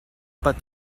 pas